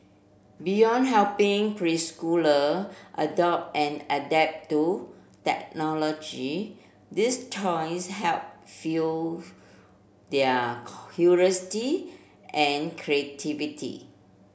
beyond helping preschooler adopt and adapt to technology these toys help fuel their curiosity and creativity